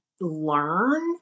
learn